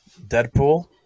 Deadpool